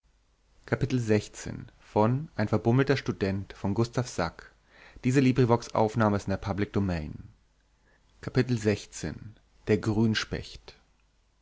ein verbummelter student der